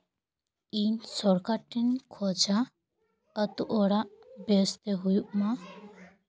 ᱤᱧ ᱥᱚᱨᱠᱟᱨ ᱴᱷᱮᱱ ᱠᱷᱚᱡᱟ ᱟᱹᱛᱩ ᱚᱲᱟᱜ ᱵᱮᱥᱛᱮ ᱦᱩᱭᱩᱜᱼᱢᱟ